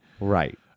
Right